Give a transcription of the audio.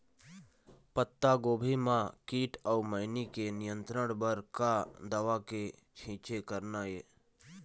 पत्तागोभी म कीट अऊ मैनी के नियंत्रण बर का दवा के छींचे करना ये?